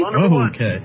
Okay